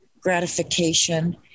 gratification